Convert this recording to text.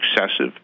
excessive